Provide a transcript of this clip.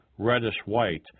...reddish-white